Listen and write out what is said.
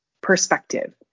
perspective